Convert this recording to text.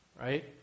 right